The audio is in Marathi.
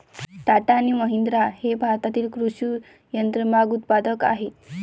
टाटा आणि महिंद्रा हे भारतातील कृषी यंत्रमाग उत्पादक आहेत